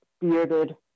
bearded